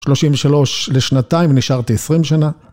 33 לשנתיים, נשארתי 20 שנה.